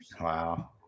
Wow